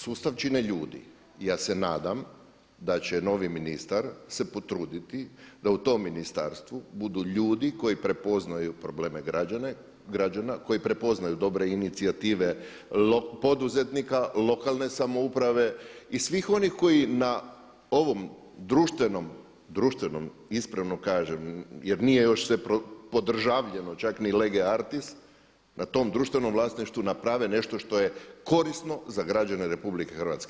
Sustav čine ljudi i ja se nadam da će novi ministar se potruditi da u tom ministarstvu budu ljudi koji prepoznaju probleme građana, koji prepoznaju dobre inicijative poduzetnika lokalne samouprave i svih onih koji na ovom društvenom, društvenom, ispravno kažem jer nije još sve podržavljeno čak ni lege artis na tom društvenom vlasništvu naprave nešto što je korisno za građane RH.